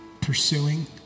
pursuing